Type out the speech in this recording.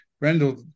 Rendell